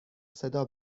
صدا